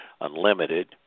Unlimited